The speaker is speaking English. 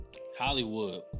Hollywood